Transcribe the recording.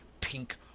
pink